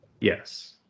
Yes